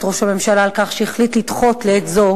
ראש הממשלה על כך שהחליט לדחות לעת זו